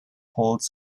holds